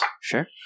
Sure